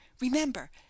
Remember